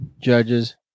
judges